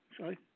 Sorry